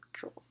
Cool